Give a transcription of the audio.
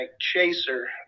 Chaser